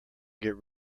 get